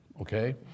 okay